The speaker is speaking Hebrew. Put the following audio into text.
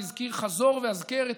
והזכיר חזור והזכר,